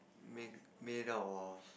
make made out of